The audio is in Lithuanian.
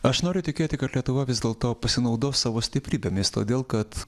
aš noriu tikėti kad lietuva vis dėlto pasinaudos savo stiprybėmis todėl kad